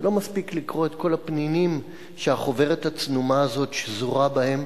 זה לא מספיק כדי לקרוא את כל הפנינים שהחוברת הצנומה הזאת שזורה בהן,